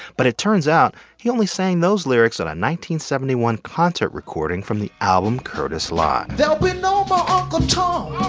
but it turns out he only sang those lyrics on a seventy one concert recording from the album curtis live! there'll be no more uncle tom,